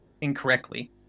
incorrectly